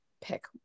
pick